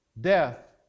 death